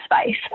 space